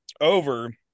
over